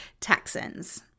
Texans